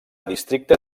districte